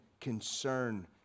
concern